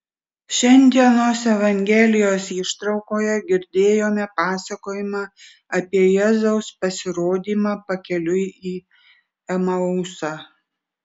šiandienos evangelijos ištraukoje girdėjome pasakojimą apie jėzaus pasirodymą pakeliui į emausą